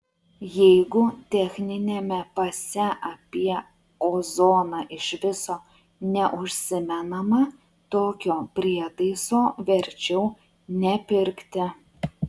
jeigu techniniame pase apie ozoną iš viso neužsimenama tokio prietaiso verčiau nepirkti